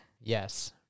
Yes